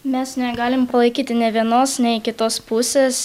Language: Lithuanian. mes negalim palaikyti nei vienos nei kitos pusės